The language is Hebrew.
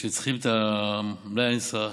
שצריכים את המלאי הנצרך.